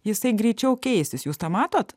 jisai greičiau keisis jūs tą matot